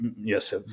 yes